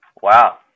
wow